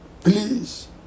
please